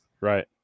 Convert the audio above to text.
Right